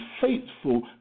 faithful